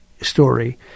story